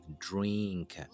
drink